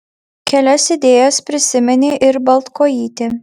kelias idėjas prisiminė ir baltkojytė